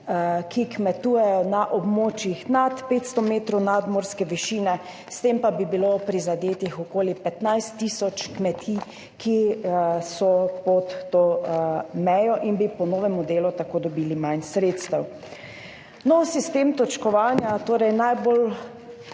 ki kmetujejo na območjih nad 500 metrov nadmorske višine, s tem pa bi bilo prizadetih okoli 15 tisoč kmetij, ki so pod to mejo in bi po novem modelu tako dobile manj sredstev. Nov sistem točkovanja torej najbolj